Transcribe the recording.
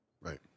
Right